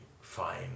fine